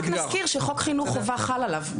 רק נזכיר שחוק חינוך חובה חל עליו.